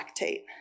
lactate